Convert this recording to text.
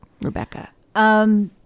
Rebecca